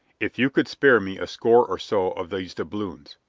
if you could spare me a score or so of these doubloons?